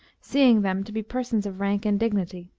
seeing them to be persons of rank and dignity.